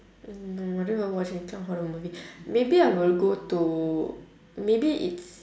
mm no I don't even watch any clown horror movie maybe I will go to maybe it's